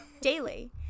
daily